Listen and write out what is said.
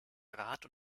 rad